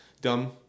dumb